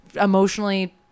Emotionally